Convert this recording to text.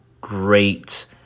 great